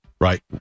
right